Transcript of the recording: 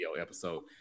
episode